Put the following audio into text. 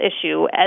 issue